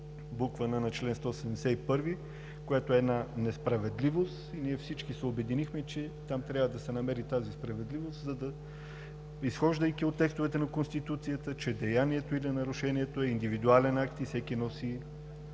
буква „н“ на чл. 171, което е една несправедливост и ние всички се обединихме, че там трябва да се намери тази справедливост, изхождайки от текстовете на Конституцията, че деянието или нарушението е индивидуален акт и всеки носи